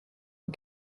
the